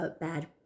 bad